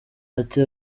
ati